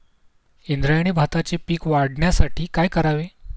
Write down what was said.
इंद्रायणी भाताचे पीक वाढण्यासाठी काय करावे?